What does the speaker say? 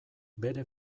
bere